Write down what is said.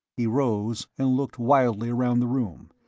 he rose and looked wildly around the room,